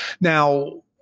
now